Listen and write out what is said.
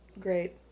great